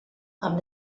amb